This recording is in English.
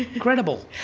incredible!